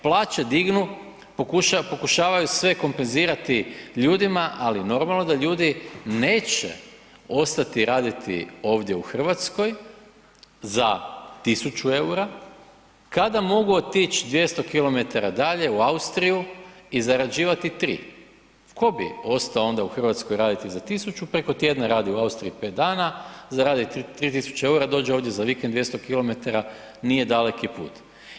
Plaće dignu, pokušavaju sve kompenzirati ljudima ali normalno da ljudi neće ostati raditi ovdje u Hrvatskoj za 1000 eura kada mogu otić 200 km dalje, u Austriju i zarađivati 3, tko bi ostao onda u Hrvatskoj raditi za 1000, preko tjedna radi u Austriji 5 dana, zaradi 3000 eura, dođe ovdje za vikend 200 km, nije daleki put.